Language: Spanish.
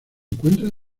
encuentra